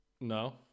No